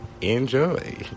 Enjoy